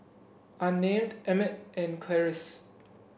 Unnamed Emmitt and Clarice